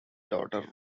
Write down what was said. daughter